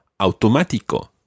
automático